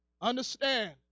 Understand